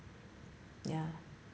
ya